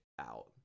out